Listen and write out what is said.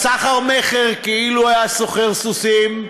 בסחר-מכר, כאילו היה סוחר סוסים,